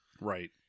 Right